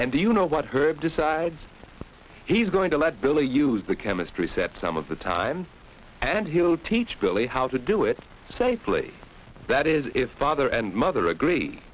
and you know what herb decides he's going to let billy use the chemistry set some of the time and he'll teach billy how to do it safely that is if father and mother agree